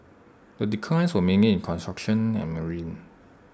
the declines were mainly in construction and marine